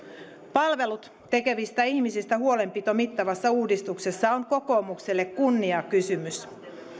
palvelut tekevistä ihmisistä huolenpito mittavassa uudistuksessa on kokoomukselle kunniakysymys